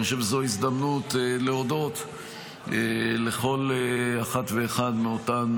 אני חושב שזו הזדמנות להודות לכל אחת ואחד מאותן